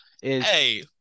Hey